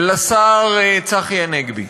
לשר צחי הנגבי,